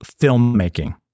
filmmaking